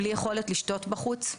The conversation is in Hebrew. בלי יכולת לשתות בחוץ.